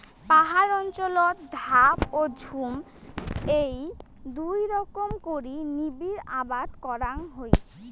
পাহাড় অঞ্চলত ধাপ ও ঝুম এ্যাই দুই রকম করি নিবিড় আবাদ করাং হই